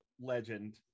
legend